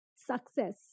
success